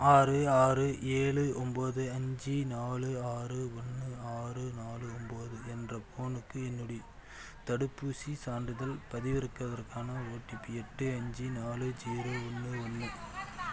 ஆறு ஆறு ஏழு ஒம்பது அஞ்சு நாலு ஆறு ஒன்று ஆறு நாலு ஒம்பது என்ற ஃபோனுக்கு என்னுடைய தடுப்பூசிச் சான்றிதழ் பதிவிறக்குவதற்கான ஓடிபி எட்டு அஞ்சு நாலு ஜீரோ ஒன்று ஒன்று